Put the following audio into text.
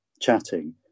chatting